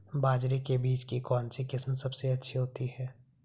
बाजरे के बीज की कौनसी किस्म सबसे अच्छी होती है?